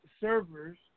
servers